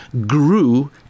grew